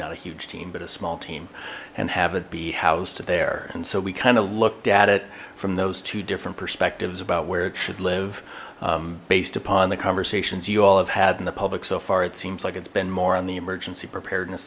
not a huge team but a small team and have it be housed there and so we kind of looked at it from those two different perspectives about where it should live based upon the conversations you all have had in the public so far it seems like it's been more on emergency preparedness